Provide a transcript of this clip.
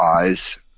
eyes